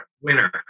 winner